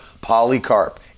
Polycarp